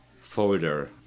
folder